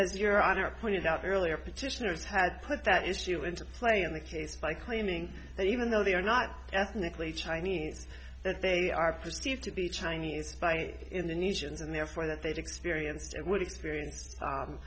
as your honor pointed out earlier petitioners had put that issue into play in the case by claiming that even though they are not ethnically chinese that they are perceived to be chinese by in the nations and therefore that they've experienced and will experience